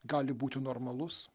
gali būti normalus